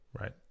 Right